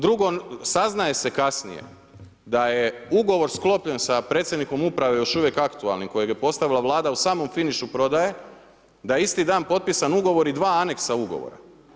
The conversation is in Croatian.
Drugo, saznaje se kasnije da je ugovor sklopljen sa predsjednikom uprave još uvijek aktualni kojeg je postavila Vlada u samom finišu prodaje, da je isti dan potpisan ugovor i dva aneksa ugovora.